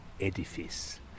edifice